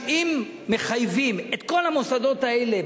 שאם מחייבים את כל המוסדות האלה,